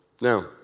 Now